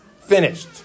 finished